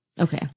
Okay